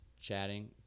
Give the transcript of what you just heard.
chatting